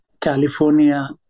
California